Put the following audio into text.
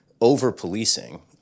over-policing